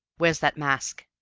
where's that mask?